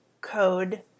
code